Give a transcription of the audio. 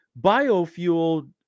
biofuel